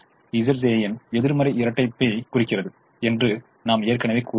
இன் எதிர்மறை இரட்டிப்பைக் குறிக்கிறது என்றும் நாம் ஏற்கனவே கூறினோம்